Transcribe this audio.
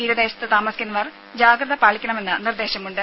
തീരദേശത്തു താമസിക്കുന്നവർ ജാഗ്രത പാലിക്കണമെന്ന് നിർദേശമുണ്ട്